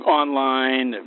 online